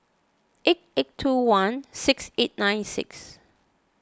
eight eight two one six eight nine six